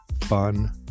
fun